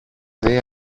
δει